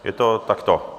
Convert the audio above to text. Je to takto?